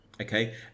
okay